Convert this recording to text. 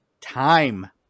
time